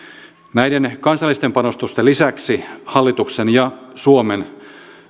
näiden kansallisten panostusten lisäksi hallituksen ja suomen